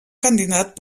candidat